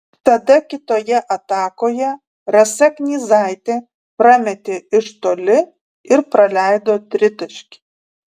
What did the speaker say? tada kitoje atakoje rasa knyzaitė prametė iš toli ir praleido tritaškį